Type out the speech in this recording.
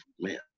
man